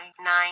Nine